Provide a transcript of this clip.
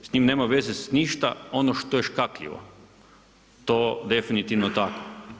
S njim nema veze ništa ono što je škakljivo, to je definitivno tako.